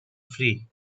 free